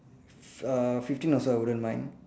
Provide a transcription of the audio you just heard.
f~ uh fifteen also I wouldn't mind